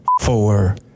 four